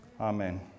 amen